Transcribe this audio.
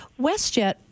WestJet